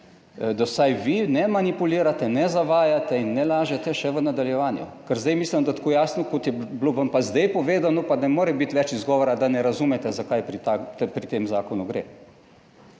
da vsaj vi ne manipulirate, ne zavajate in ne lažete še v nadaljevanju, ker zdaj mislim, da tako jasno kot je bilo vam pa zdaj povedano, pa ne more biti več izgovora, da ne razumete za kaj pri tem zakonu gre.